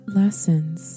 lessons